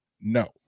No